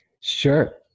Sure